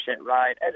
right